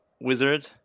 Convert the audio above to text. wizard